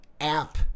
app